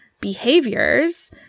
behaviors